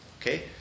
Okay